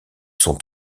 sont